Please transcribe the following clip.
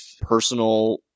personal